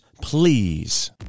please